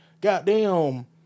Goddamn